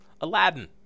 Aladdin